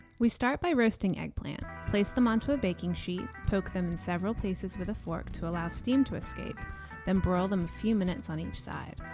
we start by roasting eggplant. place them onto a baking sheet, poke them in several places with a fork to allow steam to escape then broil them a few minutes on each side.